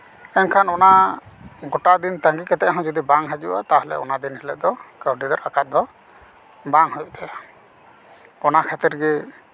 ᱢᱮᱱᱠᱷᱟᱱ ᱚᱱᱟ ᱜᱳᱴᱟ ᱫᱤᱱ ᱛᱟᱸᱜᱤ ᱠᱟᱛᱮ ᱦᱚᱸ ᱡᱩᱫᱤ ᱵᱟᱝ ᱦᱤᱡᱩᱜᱼᱟ ᱛᱟᱦᱞᱮ ᱚᱱᱟ ᱫᱤᱱ ᱦᱤᱞᱳᱜ ᱫᱚ ᱠᱟᱹᱣᱰᱤ ᱫᱚ ᱨᱟᱠᱟᱵ ᱫᱚ ᱵᱟᱝ ᱦᱩᱭᱩᱜ ᱛᱟᱭᱟ ᱚᱱᱟ ᱠᱷᱟᱹᱛᱤᱨ ᱜᱮ